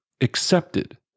accepted